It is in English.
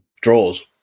draws